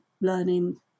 learning